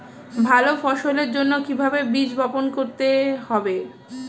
ভালো ফসলের জন্য কিভাবে বীজ বপন করতে হবে?